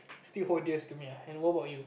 still hold dears to me ah and what about you